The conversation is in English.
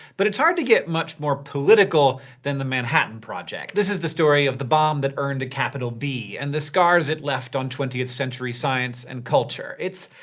but it's hard to get much more political than the manhattan project. this is the story of the bomb that earned a capital b and the scars it left on twentieth century science and culture. it's,